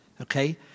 Okay